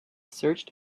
searched